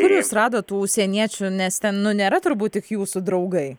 kur jūs radot tų užsieniečių nes ten nu nėra turbūt tik jūsų draugai